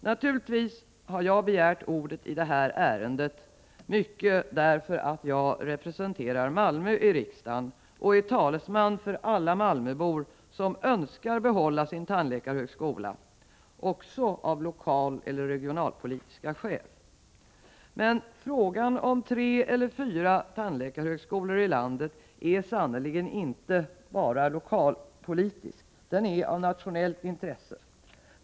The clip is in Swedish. Naturligtvis har jag begärt ordet i det här ärendet mycket därför att jag representerar Malmö i riksdagen och är talesman för alla malmöbor som önskar behålla sin tandläkarhögskola också av lokaleller regionalpolitiska skäl. Men frågan om tre eller fyra tandläkarhögskolor i landet är sannerligen inte bara lokalpolitisk, utan den är av nationellt intresse.